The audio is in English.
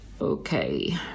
Okay